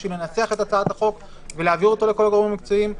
כדי לנסח את הצעת החוק ולהעביר לכל הגורמים המקצועיים.